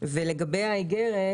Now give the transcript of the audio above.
לגבי האיגרת,